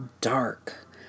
dark